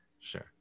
Sure